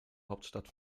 hauptstadt